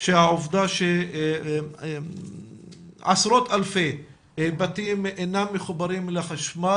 שהעובדה שעשרות אלפי בתים אינם מחוברים לחשמל,